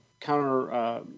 counter